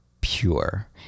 pure